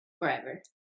forever